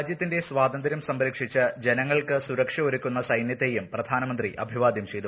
രാജ്യത്തിന്റെ സ്വാതന്ത്യം സംരക്ഷിച്ച് ജനങ്ങൾക്ക് സുരക്ഷ ഒരുക്കുന്ന സൈന്യത്തെയും പ്രധാനമന്ത്രി അഭിവാദ്യം ചെയ്തു